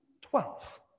twelve